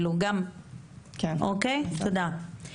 תודה.